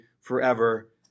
forever